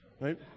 Right